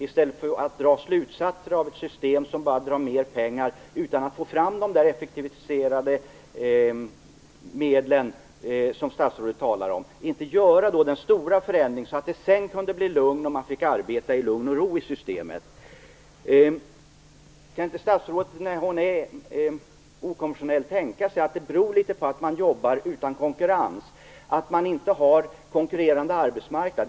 Statsrådet borde dra slutsatser av dessa system som bara drar mer pengar utan att få fram de effektiviserade medel som hon talar om. Man borde nu göra den stora förändringen, så att personalen sedan kan få arbeta i lugn och ro i systemet. Eftersom statsrådet är okonventionell kan hon väl tänka sig att detta litet grand beror på att sjukvården jobbar utan konkurrens. Det finns ingen konkurrerande arbetsmarknad.